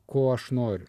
ko aš noriu